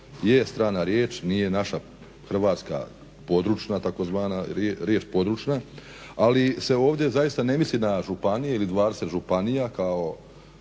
je strana riječ, nije naša hrvatska područna tzv. riječ područna, ali se ovdje zaista ne misli na županije ili 20 županija kao